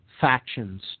factions